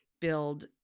build